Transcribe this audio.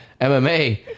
mma